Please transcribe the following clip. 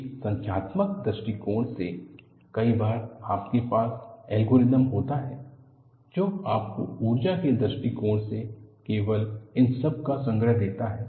एक संख्यात्मक दृष्टिकोण में कई बार आपके पास एल्गोरिदम होता है जो आपको ऊर्जा के दृष्टिकोण से केवल इस सब का संग्रह देता है